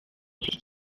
afite